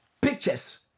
pictures